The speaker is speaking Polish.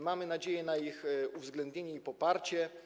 Mamy nadzieję na ich uwzględnienie i poparcie.